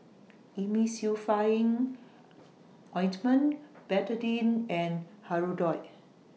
Emulsying Ointment Betadine and Hirudoid